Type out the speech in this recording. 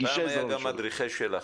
פעם היו גם מדריכי של"ח,